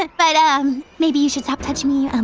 but but um, maybe you should stop touching me, and